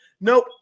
Nope